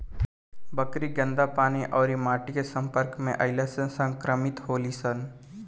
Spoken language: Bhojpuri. बकरी गन्दा पानी अउरी माटी के सम्पर्क में अईला से संक्रमित होली सन